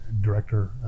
director